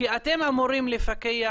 אמורים לפקח,